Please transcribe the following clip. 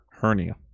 hernia